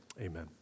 Amen